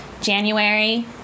January